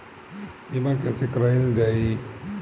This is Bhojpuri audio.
बीमा कैसे कराएल जाइ?